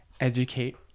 educate